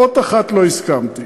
לאות אחת לא הסכמתי.